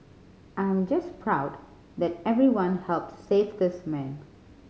I'm just proud that everyone helped save this man